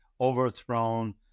overthrown